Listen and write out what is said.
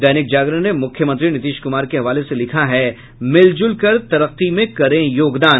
दैनिक जागरण ने मुख्यमंत्री नीतीश कुमार के हवाले से लिखा है मिलजुल कर तरक्की में करे योगदान